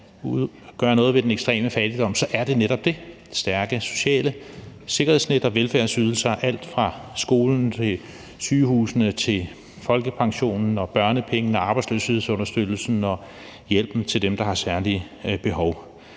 gøre noget ved den ekstreme fattigdom, så er det netop det – stærke sociale sikkerhedsnet og velfærdsydelser, alt fra skolen til sygehusene, folkepensionen, børnepengene, arbejdsløshedsunderstøttelsen og hjælpen til dem, der har særlige behov.